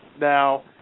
Now